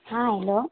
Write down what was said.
ہاں ہیلو